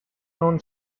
known